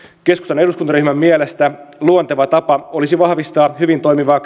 keskustan eduskuntaryhmän mielestä luonteva tapa olisi vahvistaa hyvin toimivaa